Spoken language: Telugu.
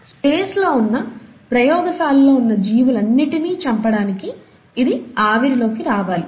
స్పేస్ లో ఉన్న ప్రయోగశాలలో ఉన్న జీవాలన్నిటిని చంపడానికి ఇది ఆవిరిలోకి రావాలి